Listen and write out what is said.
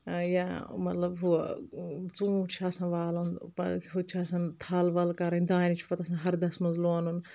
یہِ مطلب ہُہ ژوٗنٛٹھۍ چھِ آسان والان ہُتہِ چھُ آسان تھل ول کرٕنۍ دانہِ چھُ پتہٕ آسان ہردس منٛز لونُن